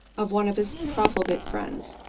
of one of his profligate friends.